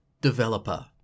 Developer